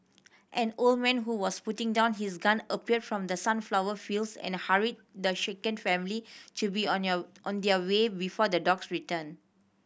an old man who was putting down his gun appeared from the sunflower fields and hurried the shaken family to be on their on their way before the dogs return